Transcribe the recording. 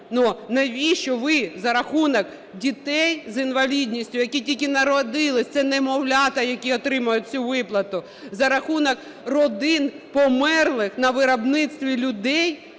Навіщо ви за рахунок дітей з інвалідністю, які тільки народились, це немовлята, які отримають цю виплату, за рахунок родин померлих на виробництві людей,